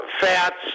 fats